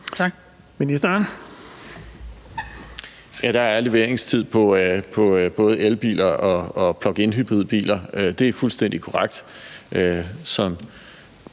Engelbrecht): Ja, der er leveringstid på både elbiler og pluginhybridbiler. Det er fuldstændig korrekt.